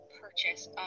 purchase